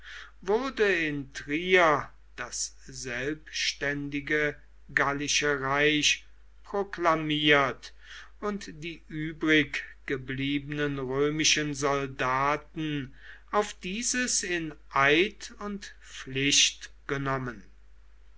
wurde in trier das selbständige gallische reich proklamiert und die übriggebliebenen römischen soldaten auf dieses in eid und pflicht genommen